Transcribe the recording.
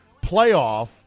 playoff